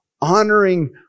honoring